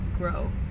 Grow